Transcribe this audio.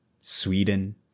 Sweden